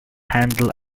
handle